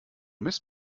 mist